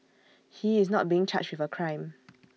he is not being charged with A crime